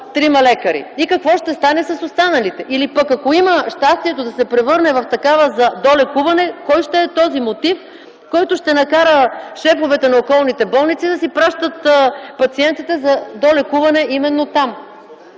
трима лекари и какво ще стане с останалите? Или пък, ако има щастието да се превърне в такава да долекуване, кой ще е този мотив, който ще накара шефовете на околните болници да си пращат пациентите за долекуване именно там?